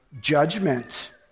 judgment